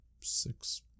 six